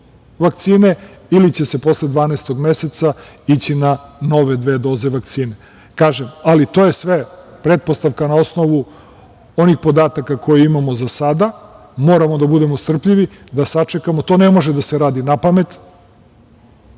vakcine ili će se posle dvanaestog meseca ići na nove dve doze vakcine. Kažem, ali to je sve pretpostavka na osnovu onih podataka koje imamo za sada. Moramo da budemo strpljivi, da sačekamo. To ne može da se radi napamet,